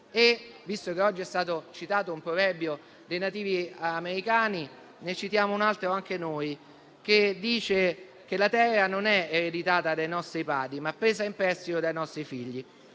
e, visto che oggi è stato citato un proverbio dei nativi americani, ne citiamo uno anche noi: la terra non l'abbiamo ereditata dai nostri padri, ma presa in prestito dai nostri figli.